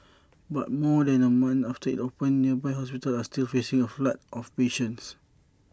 but more than A month after IT opened nearby hospitals are still facing A flood of patients